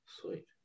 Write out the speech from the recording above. Sweet